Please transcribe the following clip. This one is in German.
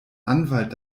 anwalt